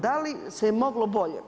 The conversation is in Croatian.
Da li se je moglo bolje?